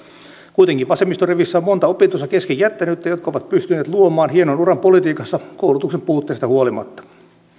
kuitenkin vasemmiston riveissä on monta opintonsa kesken jättänyttä jotka ovat pystyneet luomaan hienon uran politiikassa koulutuksen puutteesta huolimatta